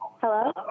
Hello